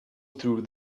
through